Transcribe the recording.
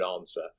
answer